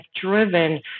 driven